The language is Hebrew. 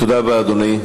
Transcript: תודה רבה, אדוני.